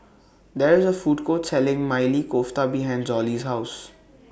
There IS A Food Court Selling Maili Kofta behind Zollie's House